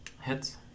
Hits